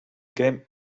game